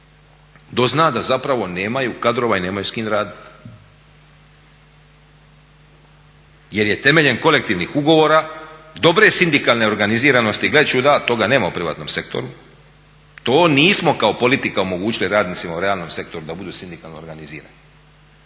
doznao da zapravo nemaju kadrova i nemaju s kime raditi. Jer je temeljem kolektivnih ugovora, dobre sindikalne organiziranosti gledajući da toga nema u privatnom sektoru, to nismo kao politika omogućila radnicima u realnom sektoru da budu sindikalno organizirani.